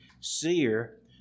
seer